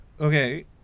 Okay